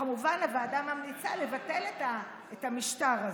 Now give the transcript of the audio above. כמובן שהוועדה ממליצה לבטל את המשטר הזה.